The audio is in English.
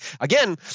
again